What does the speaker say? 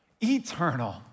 eternal